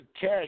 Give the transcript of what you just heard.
Cash